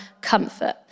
comfort